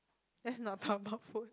let's not talk about food